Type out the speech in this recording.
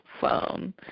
phone